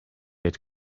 had